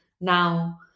now